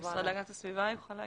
אולי המשרד להגנת הסביבה יוכל להגיד.